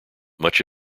much